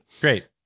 great